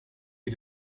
you